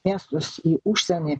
miestus į užsienį